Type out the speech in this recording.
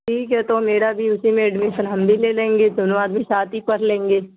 ٹھیک ہے تو میرا بھی اسی میں ایڈمیشن ہم بھی لے لیں گے دونوں آدمی ساتھ ہی پڑھ لیں گے